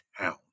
town